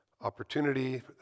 opportunity